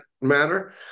matter